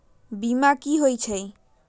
बीमा कि होई छई?